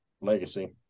Legacy